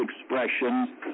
expression